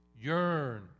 Yearn